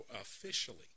officially